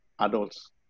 adults